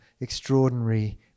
extraordinary